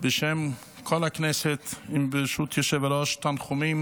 בשם כל הכנסת, ברשות היושב-ראש, תנחומים